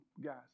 guys